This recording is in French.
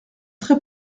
très